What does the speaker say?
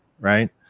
right